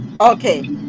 Okay